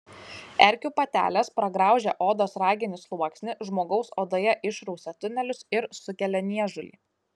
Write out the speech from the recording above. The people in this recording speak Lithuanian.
erkių patelės pragraužę odos raginį sluoksnį žmogaus odoje išrausia tunelius ir sukelia niežulį